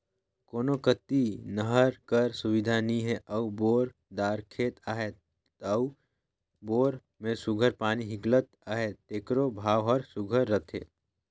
कोनो कती नहर कर सुबिधा नी हे अउ बोर दार खेत अहे अउ बोर में सुग्घर पानी हिंकलत अहे तेकरो भाव हर सुघर रहथे